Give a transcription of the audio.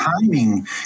timing